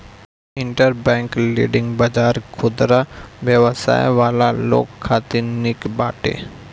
interbank lending बाजार खुदरा व्यवसाय वाला लोग खातिर निक बाटे